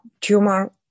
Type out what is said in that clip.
tumor